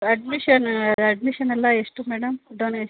admission ಅಡ್ಮಿಶನೆಲ್ಲ ಎಷ್ಟು madam donation